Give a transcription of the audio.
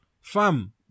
fam